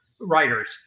writers